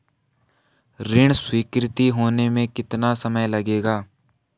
ऋण स्वीकृति होने में कितना समय लगेगा?